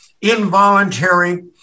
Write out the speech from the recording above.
involuntary